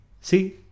See